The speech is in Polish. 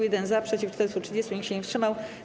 1 - za, przeciw - 430, nikt się nie wstrzymał.